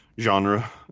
genre